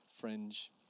fringe